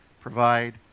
Provide